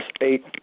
eight